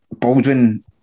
Baldwin